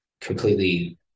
completely